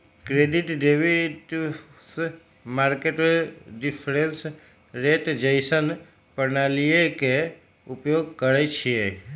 credit derivatives market में difference rate जइसन्न प्रणालीइये के उपयोग करइछिए